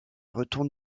retourne